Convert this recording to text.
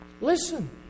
Listen